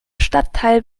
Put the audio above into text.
stadtteil